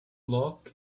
lock